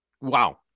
Wow